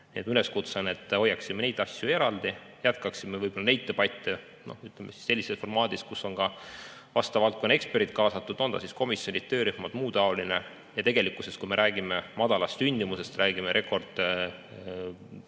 Üleskutse on, et hoiaksime neid asju eraldi, jätkaksime neid debatte sellises formaadis, kus on ka vastava valdkonna eksperdid kaasatud, on need komisjonid, töörühmad, muu taoline. Ja tegelikkuses, kui me räägime madalast sündimusest, räägime rekordväikestest